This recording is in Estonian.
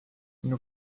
minu